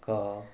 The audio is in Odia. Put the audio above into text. ଏକ